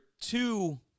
two